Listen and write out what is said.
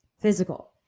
Physical